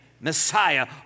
Messiah